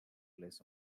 less